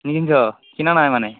নিপিন্ধ কিনা নাই মানে